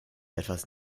etwas